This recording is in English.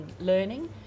learning